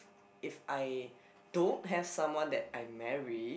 if I don't have someone that I marry